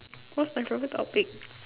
what's my favourite topic